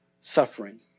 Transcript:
suffering